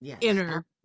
inner